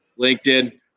LinkedIn